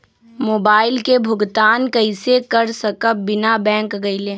Mobile के भुगतान कईसे कर सकब बिना बैंक गईले?